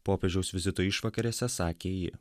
popiežiaus vizito išvakarėse sakė ji